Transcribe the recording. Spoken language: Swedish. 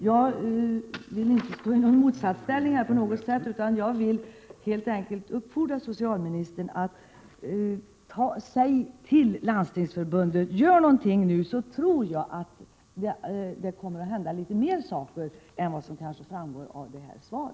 Jag vill inte på något sätt stå i motsatsställning utan vill helt enkelt uppfordra socialministern att säga till Landstingsförbundet att göra någonting nu. Jag tror att det då kommer att hända litet mera än vad som kanske framgår av detta svar.